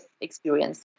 experience